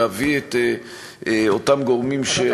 להביא את אותם גורמים,